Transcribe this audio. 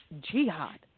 jihad